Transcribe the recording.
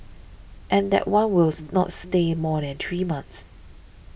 and that one will not stay more than three months